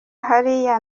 hariya